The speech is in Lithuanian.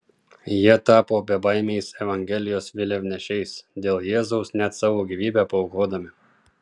jie tapo bebaimiais evangelijos vėliavnešiais dėl jėzaus net savo gyvybę paaukodami